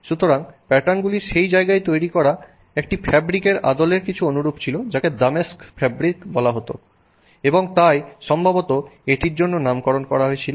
সুতরাং প্যাটার্নগুলি সেই জায়গায় তৈরি করা একটি ফ্যাব্রিকের আদলের অনুরূপ ছিল যাকে ডেমস্ক ফ্যাব্রিক বলে এবং তাই সম্ভবত এটির জন্য নামকরণ করা হয়েছিল